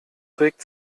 regt